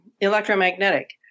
electromagnetic